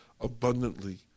abundantly